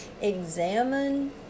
Examine